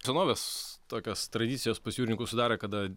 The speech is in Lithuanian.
senovės tokios tradicijos pas jūrininkus sudarė kada